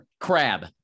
crab